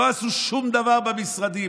לא עשו שום דבר במשרדים,